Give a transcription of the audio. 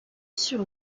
sur